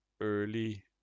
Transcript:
early